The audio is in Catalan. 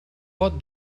pot